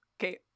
Okay